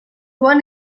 joan